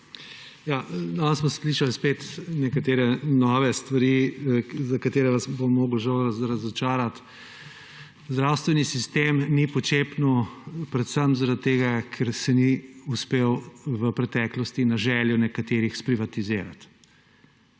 Danes smo slišali spet nekatere nove stvari, za katere vas bom moral, žal, razočarati. Zdravstveni sistem ni počepnil predvsem zaradi tega, ker se ni uspel v preteklosti na željo nekaterih sprivatizirati.